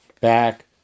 back